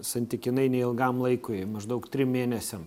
santykinai neilgam laikui maždaug trim mėnesiam